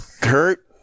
Kurt